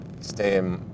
stay